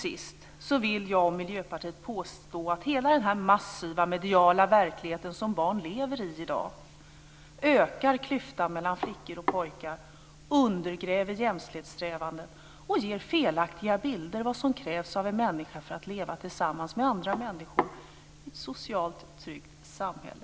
Sist vill jag och Miljöpartiet påstå att hela den massiva mediala verkligheten som barn lever i i dag ökar klyftan mellan flickor och pojkar, undergräver jämställdhetssträvanden och ger felaktiga bilder av vad som krävs av en människa för att leva tillsammans med andra människor i ett socialt tryggt samhälle.